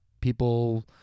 people